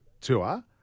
tour